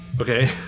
Okay